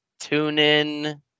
TuneIn